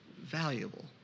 valuable